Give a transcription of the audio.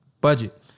budget